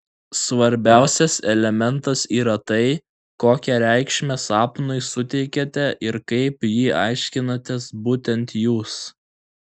svarbiausias elementas yra tai kokią reikšmę sapnui suteikiate ir kaip jį aiškinatės būtent jūs